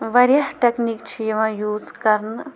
واریاہ ٹٮ۪کنیٖک چھِ یِوان یوٗز کَرنہٕ